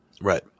Right